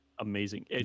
Amazing